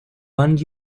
lund